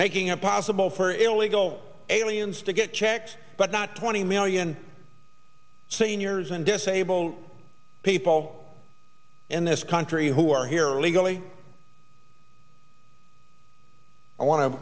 making up possible for illegal aliens to get checked but not twenty million seniors and disabled people in this country who are here illegally i want to